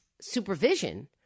supervision